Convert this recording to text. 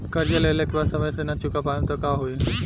कर्जा लेला के बाद समय से ना चुका पाएम त का होई?